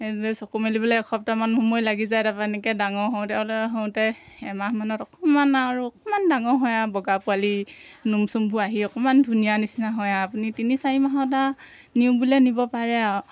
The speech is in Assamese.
চকু মেলিবলৈ এসপ্তাহমান সময় লাগি যায় তাৰপৰা এনেকৈ ডাঙৰ হওঁতে হওঁতে এমাহমানত অকণমান আৰু অকণমান ডাঙৰ হয় আৰু বগা পোৱালি নোম চুমবোৰ আহি অকণমান ধুনীয়া নিচিনা হয় আৰু আপুনি তিনি চাৰি মাহত আৰু নিওঁ বুলিলে নিব পাৰে আৰু